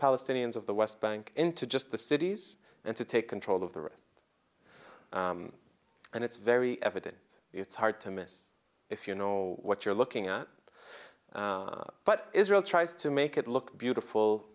palestinians of the west bank into just the cities and to take control of the rest and it's very evident it's hard to miss if you know what you're looking at but israel tries to make it look beautiful